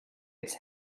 its